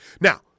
Now